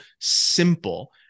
simple